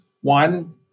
One